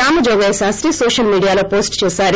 Ramajogayya Sastry social మీడియాలో post చేశారు